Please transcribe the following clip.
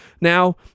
now